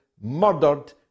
murdered